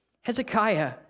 Hezekiah